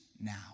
now